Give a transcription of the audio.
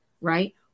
right